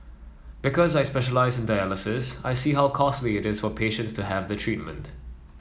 because I specialise in dialysis I see how costly it is for patients to have the treatment